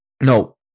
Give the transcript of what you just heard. No